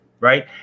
Right